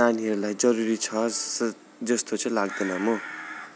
नानीहरूलाई जरुरी छ जस्तो चाहिँ लाग्दैन म